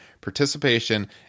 participation